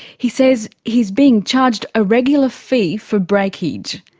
he says he is being charged a regular fee for breakage.